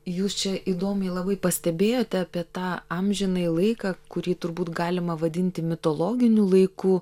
jūs čia įdomiai labai pastebėjote apie tą amžinąjį laiką kurį turbūt galima vadinti mitologiniu laiku